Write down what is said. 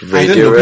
Radio